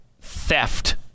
theft